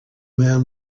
man